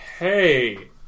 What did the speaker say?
Hey